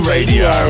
Radio